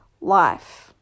life